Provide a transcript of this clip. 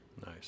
nice